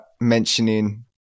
mentioning